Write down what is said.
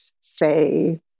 say